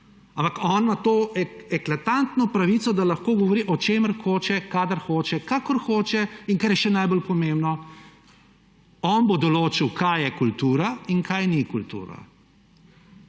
Ampak on ima to eklatantno pravico, da lahko govori, o čemer hoče, kadar hoče, kakor hoče in kar je še najbolj pomembno, on bo določil, kaj je kultura in kaj ni kultura.